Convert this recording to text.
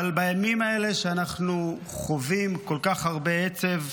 אבל בימים האלה, כשאנחנו חווים כל כך הרבה עצב,